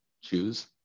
choose